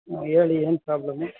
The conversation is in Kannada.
ಹಾಂ ಹೇಳಿ ಏನು ಪ್ರಾಬ್ಲಮ್ಮು